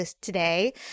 today